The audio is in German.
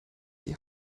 die